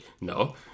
no